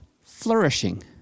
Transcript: flourishing